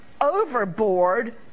overboard